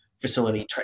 facility